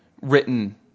written